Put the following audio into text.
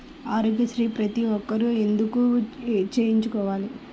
ఆరోగ్యశ్రీ ప్రతి ఒక్కరూ ఎందుకు చేయించుకోవాలి?